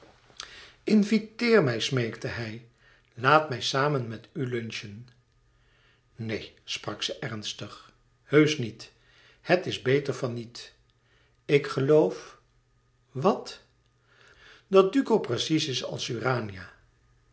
inviteer mij smeekte hij laat mij samen met u lunchen neen sprak ze ernstig heusch niet het is beter van niet ik geloof wat dat duco precies is als urania